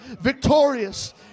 victorious